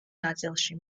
ნაწილში